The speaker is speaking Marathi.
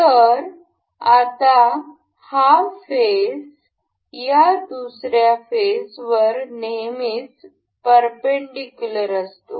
तर आता हा फेस या दुसऱ्या फेसवर नेहमीच परपेंडिकुलर असतो